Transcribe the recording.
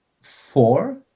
four